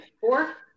four